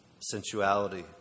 sensuality